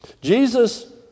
Jesus